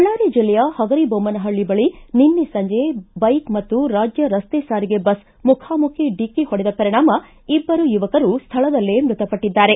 ಬಳ್ಳಾರಿ ಜಿಲ್ಲೆಯ ಹಗರಿಬೊಮ್ದನಹಳ್ಳಿ ಬಳಿ ನಿನ್ನೆ ಸಂಜೆ ಬೈಕ್ ಮತ್ತು ರಾಜ್ಯ ರಸ್ತೆ ಸಾರಿಗೆ ಬಸ್ ಮುಖಾಮುಖಿ ಡಿಕ್ಕಿ ಹೊಡೆದ ಪರಿಣಾಮ ಇಬ್ಲರು ಯುವಕರು ಸ್ವಳದಲ್ಲೇ ಮೃತಪಟ್ಟಿದ್ದಾರೆ